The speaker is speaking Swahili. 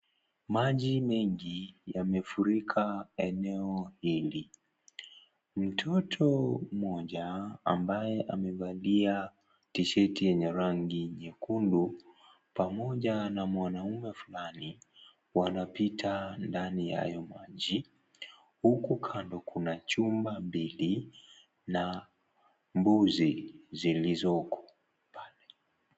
Maji mengi yamefurika eneo hili. Mtoto mmoja ambaye amevalia tisheti yenye rangi nyekundu pamoja na mwanamume fulani wanapita ndani ya hayo maji huku kando kuna chumba mbili na mbuzi zilizoko pale.